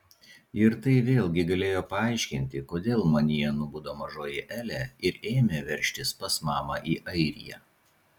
ir tai vėlgi galėjo paaiškinti kodėl manyje nubudo mažoji elė ir ėmė veržtis pas mamą į airiją